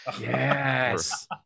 yes